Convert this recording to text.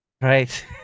right